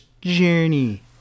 Journey